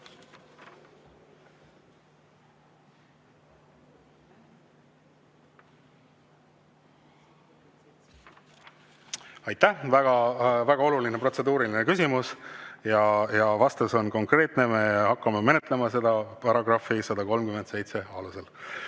Aitäh! Väga oluline protseduuriline küsimus ja vastus on konkreetne: me hakkame menetlema seda § 137 alusel. Tanel